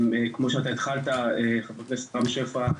כמו שאתה התחלת, חבר הכנסת רם שפע.